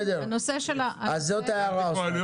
בסדר, זאת הערה.